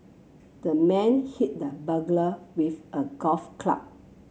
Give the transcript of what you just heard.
the man hit the burglar with a golf club